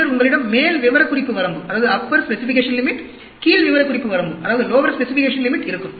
பின்னர் உங்களிடம் மேல் விவரக்குறிப்பு வரம்பு கீழ் விவரக்குறிப்பு வரம்பு இருக்கும்